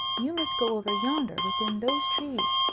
you must go over yonder within those trees.